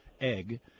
egg